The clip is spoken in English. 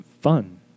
fun